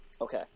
Okay